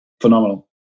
Phenomenal